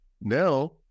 now